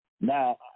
Now